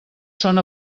són